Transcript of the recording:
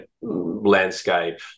landscape